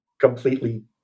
completely